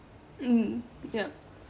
mm yup